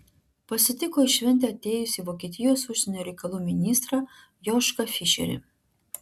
pasitiko į šventę atėjusį vokietijos užsienio reikalų ministrą jošką fišerį